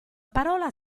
parola